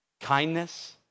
kindness